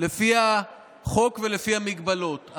לפי החוק ולפי ההגבלות,